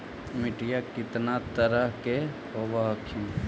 मिट्टीया कितना तरह के होब हखिन?